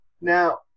Now